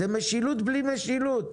זו משילות בלי משילות,